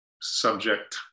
subject